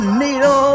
needle